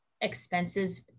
expenses